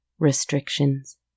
Restrictions